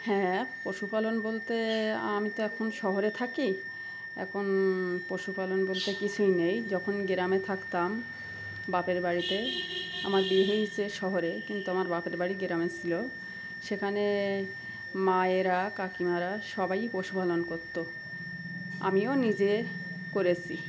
হ্যাঁ পশুপালন বলতে আমি তো এখন শহরে থাকি এখন পশুপালন বলতে কিছুই নেই যখন গ্রামে থাকতাম বাপের বাড়িতে আমার বিয়ে হয়েছে শহরে কিন্তু আমার বাপের বাড়ি গ্রামে ছিলো সেখানে মায়েরা কাকিমারা সবাই পশুপালন করতো আমিও নিজে করেছি